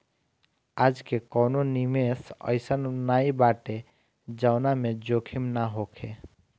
आजके कवनो निवेश अइसन नाइ बाटे जवना में जोखिम ना होखे